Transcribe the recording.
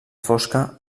fosca